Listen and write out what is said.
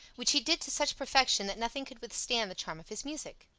which he did to such perfection that nothing could withstand the charm of his music.